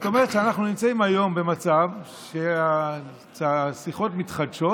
זאת אומרת שאנחנו נמצאים היום במצב שהשיחות מתחדשות